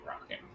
rocking